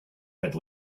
had